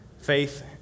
faith